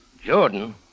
Jordan